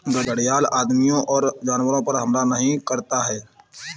घड़ियाल आदमियों और जानवरों पर हमला नहीं करता है